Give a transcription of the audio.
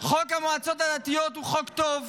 חוק המועצות הדתיות הוא חוק טוב,